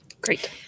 Great